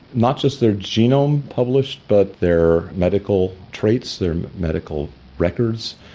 not just their genome published, but their medical traits, their medical records,